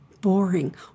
boring